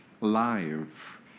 live